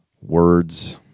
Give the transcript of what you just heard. words